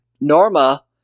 Norma